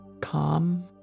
calm